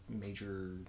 major